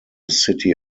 city